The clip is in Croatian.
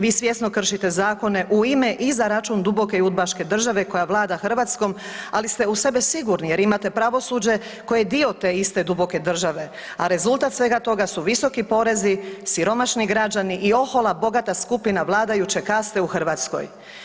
Vi svjesno kršite zakone u ime i za račun duboke i udbaške države, koja vlada Hrvatskom, ali ste u sebe sigurni jer imate pravosuđe koje je dio te iste duboke države, a rezultat svega toga su visoki porezi, siromašni građani i ohola bogata skupina vladajuće kaste u Hrvatskoj.